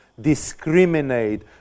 discriminate